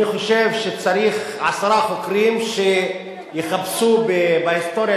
אני חושב שצריך עשרה חוקרים שיחפשו בהיסטוריה